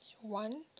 one